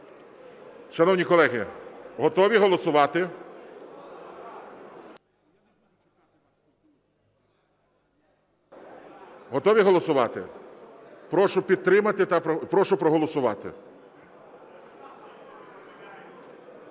Шановні колеги, готові голосувати? Готові голосувати? Прошу проголосувати.